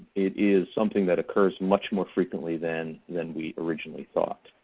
it is something that occurs much more frequently than than we originally thought.